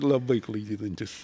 labai klaidinantis